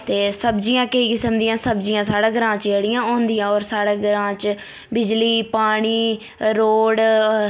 ते सब्जियां केईं किस्म दियां सब्जियां साढै़ ग्रांऽ च जेह्ड़ियां होन्दियां होर साढै ग्रांऽ बिच्च बिजली पानी रोड